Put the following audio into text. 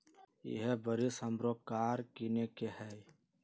इहे बरिस हमरो कार किनए के हइ